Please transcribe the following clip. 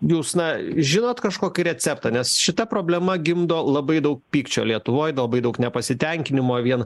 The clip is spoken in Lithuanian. jūs na žinot kažkokį receptą nes šita problema gimdo labai daug pykčio lietuvoj labai daug nepasitenkinimo vien